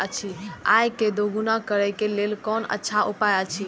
आय के दोगुणा करे के लेल कोन अच्छा उपाय अछि?